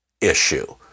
issue